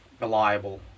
reliable